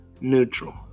Neutral